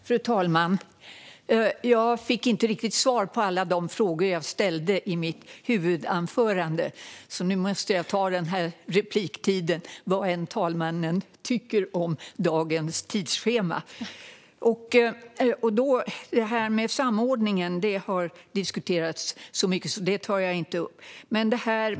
Fru talman! Jag fick inte riktigt svar på alla de frågor jag ställde i mitt huvudanförande, så nu måste jag ta den här repliktiden, vad än talmannen tycker om dagens tidsschema. Detta med samordningen har diskuterats så mycket att jag inte tar upp det.